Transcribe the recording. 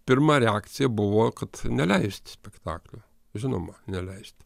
pirma reakcija buvo kad neleist spektaklio žinoma neleist